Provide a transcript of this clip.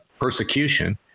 persecution